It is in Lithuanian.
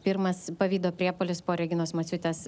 pirmas pavydo priepuolis po reginos maciūtės